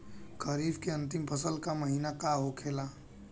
खरीफ के अंतिम फसल का महीना का होखेला?